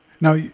Now